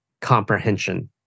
comprehension